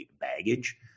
baggage